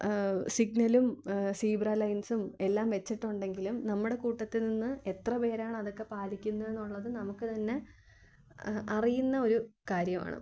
സിഗ്നലും സീബ്രാ ലൈൻസും എല്ലാം വെച്ചിട്ടുണ്ടെങ്കിലും നമ്മുടെ കൂട്ടത്തിൽ നിന്ന് എത്ര പേരാണ് അതൊക്കെ പാലിക്കുന്നതെന്നുള്ളത് നമുക്ക് തന്നെ അറിയുന്ന ഒരു കാര്യവാണ്